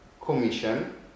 commission